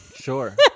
Sure